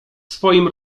swoim